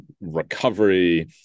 recovery